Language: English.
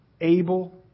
able